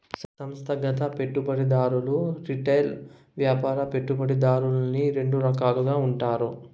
సంస్థాగత పెట్టుబడిదారులు రిటైల్ వ్యాపార పెట్టుబడిదారులని రెండు రకాలుగా ఉంటారు